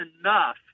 enough